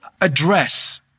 address